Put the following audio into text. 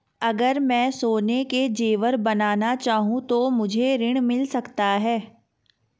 अगर मैं सोने के ज़ेवर बनाना चाहूं तो मुझे ऋण मिल सकता है?